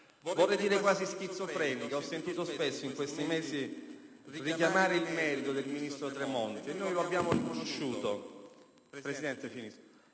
vorrei dire, quasi ideologica e schizofrenica. Ho sentito spesso in questi mesi richiamare il merito del ministro Tremonti; noi lo abbiamo riconosciuto